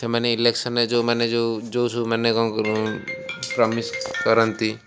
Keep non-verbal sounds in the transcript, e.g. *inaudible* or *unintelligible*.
ସେମାନେ ଇଲେକ୍ସନ୍ରେ ଯେଉଁମାନେ ଯେଉଁ ଯେଉଁ *unintelligible* ସବୁ ମାନେ କ'ଣ ପ୍ରମିସ୍ କରନ୍ତି